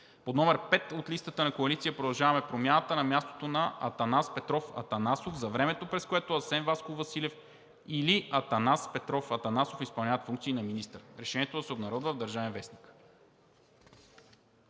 под № 5 от листата на Коалиция „Продължаваме Промяната“ на мястото на Атанас Петров Атанасов за времето, през което Асен Васков Василев или Атанас Петров Атанасов изпълняват функции на министър. Решението да се обнародва в „Държавен вестник“.“